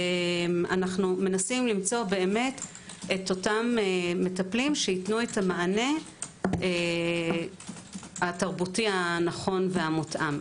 אנו מנסים למצוא את אותם מטפלים שייתנו את המענה התרבותי הנכון והמותאם.